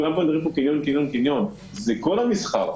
כולם מדברים על הקניונים אבל זה כל המסחר.